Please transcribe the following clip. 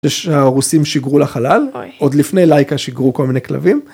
זה שרוסים שיגרו לחלל עוד לפני לייקה שיגרו כל מיני כלבים.